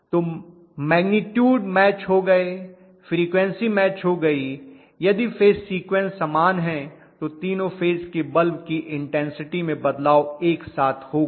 तो magnitude match हो गए फ्रीक्वन्सी मैच हो गई यदि फेज सीक्वेंस समान हैं तो तीनो फेज के बल्ब की इन्टेन्सिटी में बदलाव एक साथ होगा